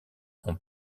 ont